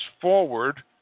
forward